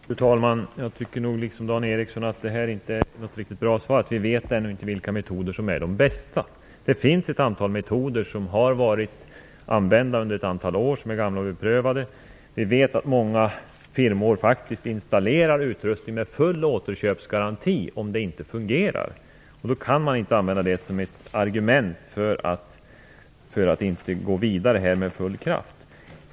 Fru talman! Jag tycker liksom Dan Ericsson att det inte är något riktigt bra svar att säga att vi ännu inte vet vilka metoder som är de bästa. Det finns ett antal metoder som har använts under flera år, som är gamla och beprövade. Vi vet att många firmor faktiskt installerar utrustning, med full återköpsgaranti om det inte fungerar. Då kan man inte använda detta som ett argument för att inte gå vidare med full kraft.